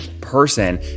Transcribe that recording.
person